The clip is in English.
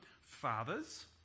fathers